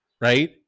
right